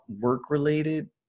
work-related